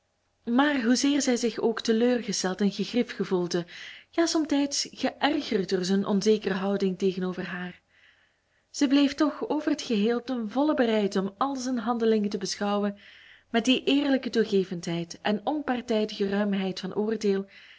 maar hoezeer zij zich ook teleurgesteld en gegriefd gevoelde ja somtijds geërgerd door zijn onzekere houding tegenover haar zij bleef toch over het geheel ten volle bereid om al zijn handelingen te beschouwen met die eerlijke toegevendheid en onpartijdige ruimheid van oordeel